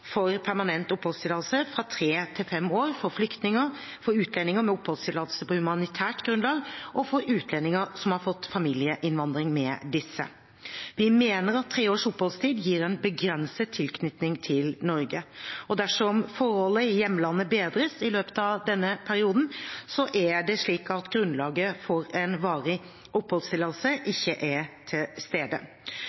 for permanent oppholdstillatelse fra tre til fem år for flyktninger, for utlendinger med oppholdstillatelse på humanitært grunnlag og for utlendinger som har fått familieinnvandring med disse. Vi mener at tre års oppholdstid gir en begrenset tilknytning til Norge. Dersom forholdene i hjemlandet bedres i løpet av denne perioden, er grunnlaget for en varig oppholdstillatelse